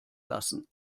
lassen